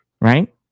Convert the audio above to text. Right